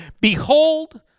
behold